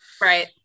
right